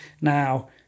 Now